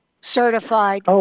Certified